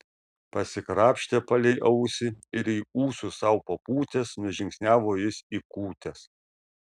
pasikrapštė palei ausį ir į ūsus sau papūtęs nužingsniavo jis į kūtes